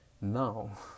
Now